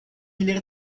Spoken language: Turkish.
ileri